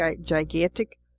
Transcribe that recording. gigantic